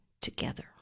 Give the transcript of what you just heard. together